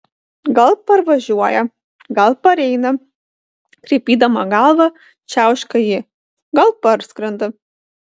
gal parvažiuoja gal pareina kraipydama galvą čiauška ji gal parskrenda